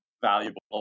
valuable